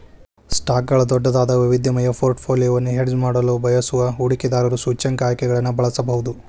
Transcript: ಸ್ಟಾಕ್ಗಳ ದೊಡ್ಡದಾದ, ವೈವಿಧ್ಯಮಯ ಪೋರ್ಟ್ಫೋಲಿಯೊವನ್ನು ಹೆಡ್ಜ್ ಮಾಡಲು ಬಯಸುವ ಹೂಡಿಕೆದಾರರು ಸೂಚ್ಯಂಕ ಆಯ್ಕೆಗಳನ್ನು ಬಳಸಬಹುದು